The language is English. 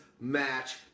match